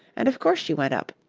and of course she went up.